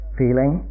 feeling